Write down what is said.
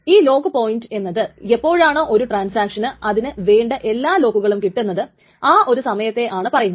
ഈ lock point എന്നത് എപ്പോഴാണോ ഒരു ട്രാൻസാക്ഷന് അതിന് വേണ്ട എല്ലാ ലോക്കുകളും കിട്ടുന്നത് ആ ഒരു സമയത്തെയാണ് പറയുന്നത്